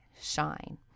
shine